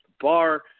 Bar